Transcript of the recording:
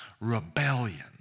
rebellion